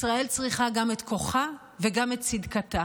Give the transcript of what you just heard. ישראל צריכה גם את כוחה וגם את צדקתה,